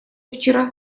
вчера